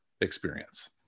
experience